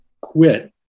quit